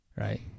right